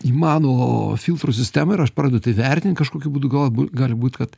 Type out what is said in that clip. į manlo filtrų sistemą ir aš pradedu tai vertint kažkokiu būdu galvoju bu gali būt kad